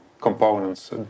components